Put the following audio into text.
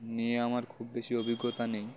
নিয়ে আমার খুব বেশি অভিজ্ঞতা নেই